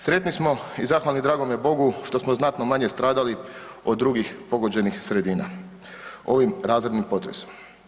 Sretni smo i zahvalni dragome Bogu što smo znatno manje stradali od drugih pogođenih sredina ovim razornim potresom.